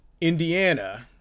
Indiana